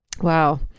Wow